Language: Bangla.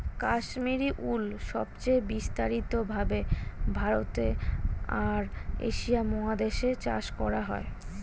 কাশ্মীরি উল সবচেয়ে বিস্তারিত ভাবে ভারতে আর এশিয়া মহাদেশে চাষ করা হয়